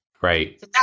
Right